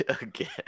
Again